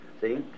See